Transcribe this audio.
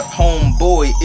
homeboy